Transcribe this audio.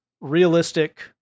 realistic